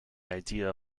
idea